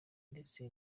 ndetse